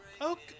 Okay